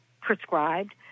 prescribed